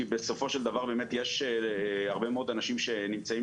כי בסופו של דבר באמת יש הרבה מאוד אנשים שנמצאים